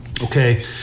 Okay